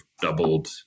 doubled